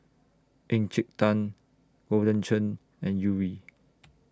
Encik Tan Golden Churn and Yuri